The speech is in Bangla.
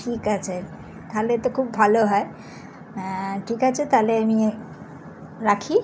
ঠিক আছে তাহলে তো খুব ভালো হয় ঠিক আছে তাহলে আমি রাখি